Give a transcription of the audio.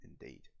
indeed